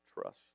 trust